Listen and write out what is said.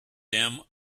them